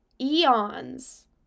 eons